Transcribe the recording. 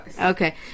Okay